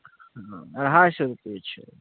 अढ़ाइ सए रूपये छै